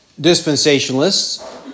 dispensationalists